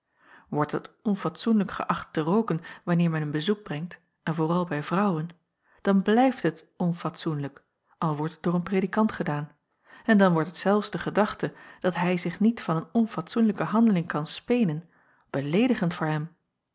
ordt het onfatsoenlijk geächt te rooken wanneer men een bezoek brengt en vooral bij vrouwen dan blijft het onfatsoenlijk al wordt het door een predikant gedaan en dan wordt zelfs de gedachte dat hij zich niet van een onfatsoenlijke handeling kan spenen beleedigend voor hem